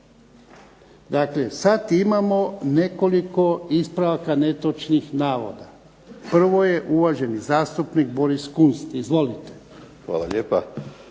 Dakle sad imamo nekoliko ispravaka netočnih navoda. Prvo je uvaženi zastupnik Boris Kunst. Izvolite. **Kunst,